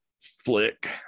flick